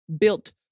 built